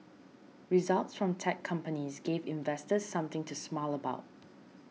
results from tech companies gave investors something to smile about